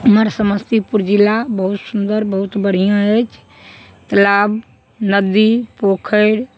बिहार समस्तीपुर जिला बहुत सुन्दर बहुत बढ़िऑं अछि तलाब नदी पोखरि